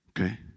Okay